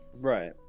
Right